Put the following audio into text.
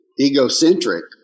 Egocentric